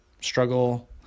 struggle